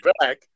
back